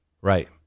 Right